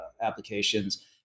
applications